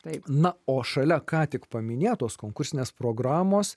taip na o šalia ką tik paminėtos konkursinės programos